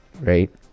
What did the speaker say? right